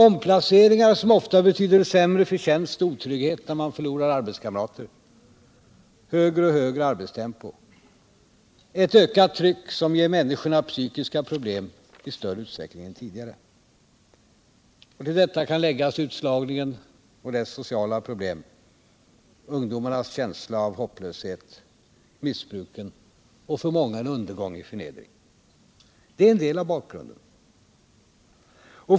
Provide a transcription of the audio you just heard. Omplaceringar som ofta betyder sämre förtjänst och otrygghet när man förlorar arbetskamrater. Högre och högre arbetstempo. Ett ökat tryck som ger människor psykiska problem i större utsträckning än tidigare.” Fill detta kan läggas utslagningen och dess sociala problem, ungdomarnas känsla av hopplöshet, missbruken och för många en undergång i förnedring — det är en del av bakgrunden.